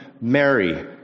Mary